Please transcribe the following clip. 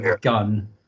gun